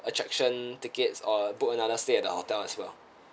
attraction tickets or book another stay at the hotel as well